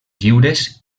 lliures